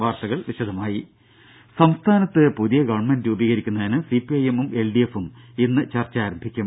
വാർത്തകൾ വിശദമായി സംസ്ഥാനത്ത് പുതിയ ഗവൺമെന്റ് രൂപീകരിക്കുന്നതിന് സിപിഐഎമ്മും എൽഡിഎഫും ഇന്ന് ചർച്ച ആരംഭിക്കും